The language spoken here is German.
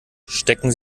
stecken